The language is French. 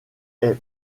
est